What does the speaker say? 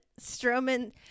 strowman